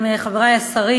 תודה לכם חברי השרים,